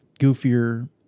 goofier